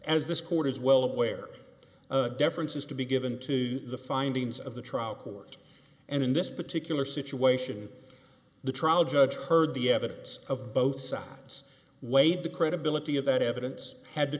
as this court is well aware deference has to be given to the findings of the trial court and in this particular situation the trial judge heard the evidence of both sides weighed the credibility of that evidence had to